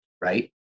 right